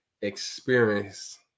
experience